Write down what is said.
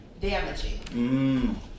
damaging